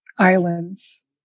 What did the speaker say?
Islands